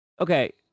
Okay